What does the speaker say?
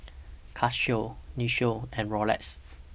Casio Nin Jiom and Roxy